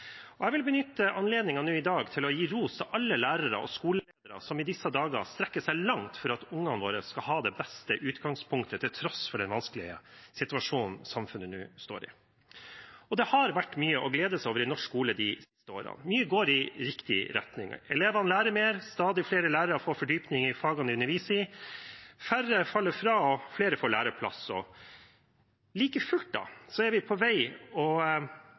Jeg vil benytte anledningen nå i dag til å gi ros til alle lærere og skoleledere som i disse dager strekker seg langt for at ungene våre skal ha det beste utgangspunktet, til tross for den vanskelige situasjonen samfunnet nå står i. Det har vært mye å glede seg over i norsk skole de siste årene. Mye går i riktig retning – elevene lærer mer, stadig flere lærere får fordypning i fagene de underviser i, færre faller fra og flere får læreplass. Like fullt har vi en vei å gå for å bli bedre på tidlig innsats og